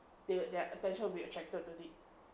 they their attention will be attracted to it